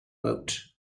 boat